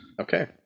okay